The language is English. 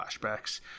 flashbacks